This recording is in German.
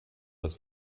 das